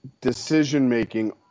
decision-making